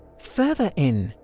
further in,